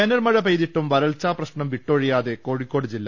വേനൽമഴ പെയ്തിട്ടും വരൾച്ചാപ്രശ്നം വിട്ടൊഴിയാതെ കോഴിക്കോട് ജില്ല